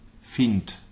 Find